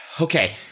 Okay